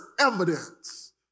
evidence